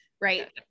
right